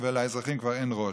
ולאזרחים כבר אין ראש.